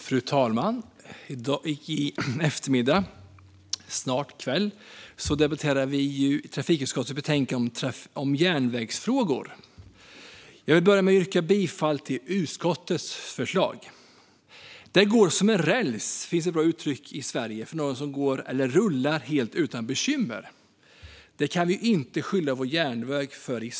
Fru talman! Vi debatterar nu trafikutskottets betänkande om järnvägsfrågor, och jag yrkar bifall till utskottets förslag. Det går som på räls är ett bra svenskt uttryck för något som rullar på helt utan bekymmer. Det gäller dock inte den svenska järnvägen.